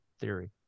theory